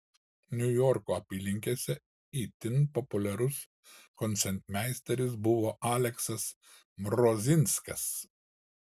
niujorko apylinkėse itin populiarus koncertmeisteris buvo aleksas mrozinskas